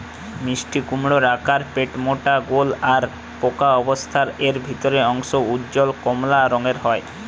মিষ্টিকুমড়োর আকার পেটমোটা গোল আর পাকা অবস্থারে এর ভিতরের অংশ উজ্জ্বল কমলা রঙের হয়